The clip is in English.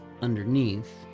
underneath